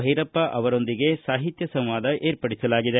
ಭೈರಪ್ಪ ಅವರೊಂದಿಗೆ ಸಾಹಿತ್ಯ ಸಂವಾದ ಏರ್ಪಡಿಸಲಾಗಿದೆ